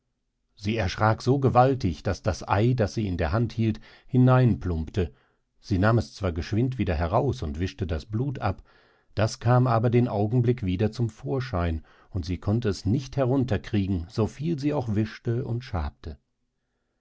sie erschrack so gewaltig daß das ei das sie in der hand hielt hineinplumpte sie nahm es zwar geschwind wieder heraus und wischte das blut ab das kam aber den augenblick wieder zum vorschein und sie konnte es nicht herunter kriegen so viel sie auch wischte und schabte